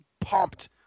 pumped